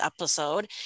episode